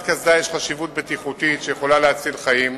לחבישת קסדה יש חשיבות בטיחותית שיכולה להציל חיים,